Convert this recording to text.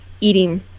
eating